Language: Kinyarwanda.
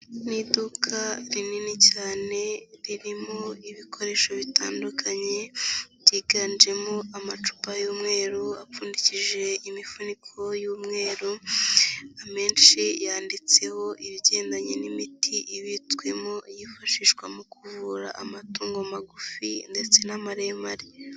Ni iduka rinini cyane ririmo ibikoresho bitandukanye, byiganjemo amacupa y'umweru apfundikije imifuniko y'umweru, amenshi yanditseho ibigendanye n'imiti ibitswemo yifashishwa mu kuvura amatungo magufi ndetse n'amaremare.